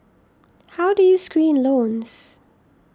how do you screen loans